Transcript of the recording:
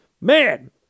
man